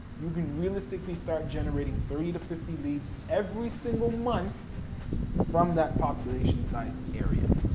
you can realistically start generating thirty to fifty leads every single month from that population size area,